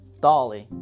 Dolly